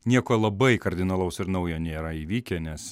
nieko labai kardinalaus ir naujo nėra įvykę nes